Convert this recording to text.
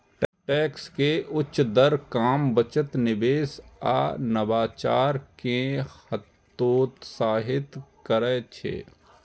tax के उच्च दर काम, बचत, निवेश आ नवाचार कें हतोत्साहित करै छै